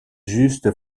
juste